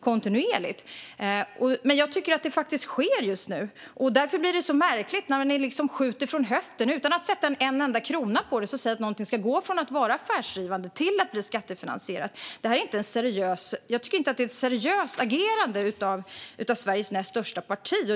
kontinuerlig utveckling, men jag tycker att det faktiskt sker just nu. Därför blir det märkligt när ni liksom skjuter från höften och utan att avsätta en enda krona till det säger att något ska gå från att vara affärsdrivande till att bli skattefinansierat. Jag tycker inte att det är ett seriöst agerande av Sveriges näst största parti.